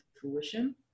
fruition